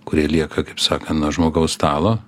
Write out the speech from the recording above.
kurie lieka kaip sakant nuo žmogaus stalo